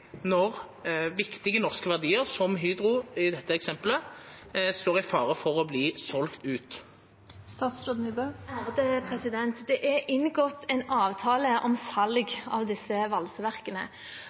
når viktige norske verdiar, som Hydro i dette eksempelet, står i fare for å verta selde ut? Det er inngått en avtale om